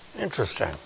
Interesting